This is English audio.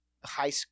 high